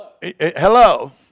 Hello